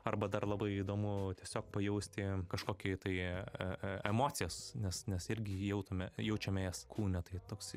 arba dar labai įdomu tiesiog pajausti kažkokį tai emocijas nes nes irgi jautume jaučiame jas kūne tai toks